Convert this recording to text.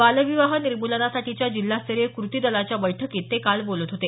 बालविवाह निर्मुलनासाठीच्या जिल्हास्तरीय कृती दलाच्या बैठकीत ते काल बोलत होते